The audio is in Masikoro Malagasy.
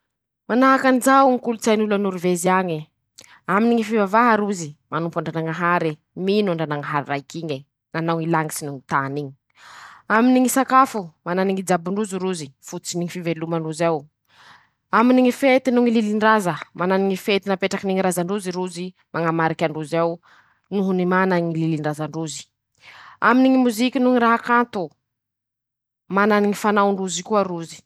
Manahaky anizao ñy kolotsain'olo a Nôrvezy añe: -Aminy ñy fivavaha rozy ,manompo any ndranañahare ,mino any ndranañahary raiky iñe ,nanao ñy lañitsy noho ñy tany iñy; aminy ñy sakafo, manany ñy jabon-drozy rozy ,fototsiny ñy fiveloman-drozy ao ;aminy ñy fety noho ñy lilin-draza ,manany ñy fety napetrakiny ñy razan-drozy rozy mañamariky an-drozy ao noho ny mana ñy lilin-drazan-drozy ;aminy ñy moziky noho ñy raha kanto ,manany ñy fanaon-drozy koa rozy.